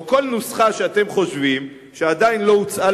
או כל נוסחה שאתם חושבים שעדיין לא הוצעה